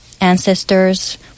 ancestors